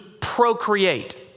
procreate